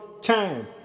time